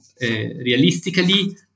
realistically